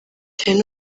cyane